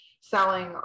selling